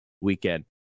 weekend